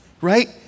right